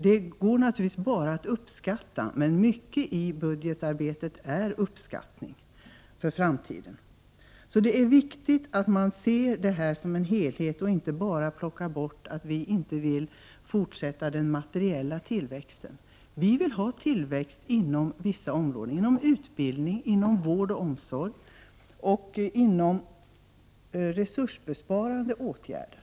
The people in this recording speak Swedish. Det går naturligtvis bara att uppskatta vinsterna, men mycket i budgetarbetet är uppskattning för framtiden. Det är viktigt att se sammanhangen och helheten och inte bara ta med det faktum att vi inte vill fortsätta den materiella tillväxten. Vi vill ha tillväxt inom vissa områden, t.ex. inom utbildning, vård och omsorg och inom resurssparande åtgärder.